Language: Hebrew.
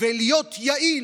ולהיות יעיל.